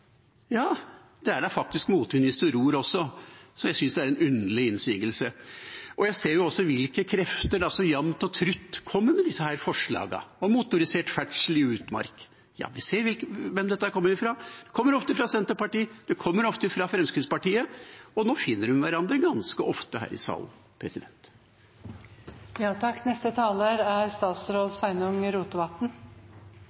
Ja, det er da faktisk motvind hvis man ror også, så jeg synes det er en underlig innsigelse. Jeg ser også hvilke krefter som jamt og trutt kommer med disse forslagene om motorisert ferdsel i utmark. Vi ser hvem dette kommer fra. Det kommer ofte fra Senterpartiet, det kommer ofte fra Fremskrittspartiet, og nå finner de hverandre ganske ofte her i salen.